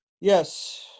Yes